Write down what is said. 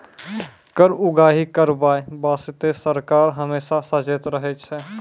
कर उगाही करबाय बासतें सरकार हमेसा सचेत रहै छै